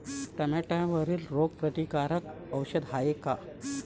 टमाट्यावरील रोग प्रतीकारक औषध हाये का?